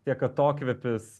tiek atokvėpis